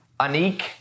Anik